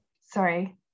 sorry